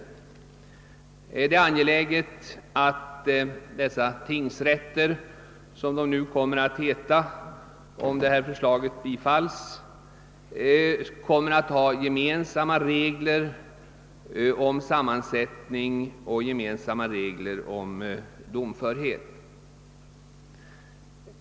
Det är därför också angeläget att tingsrätterna — som de kommer att heta om förslaget bifalles — har gemensamma regler för sammansättning och domförhet.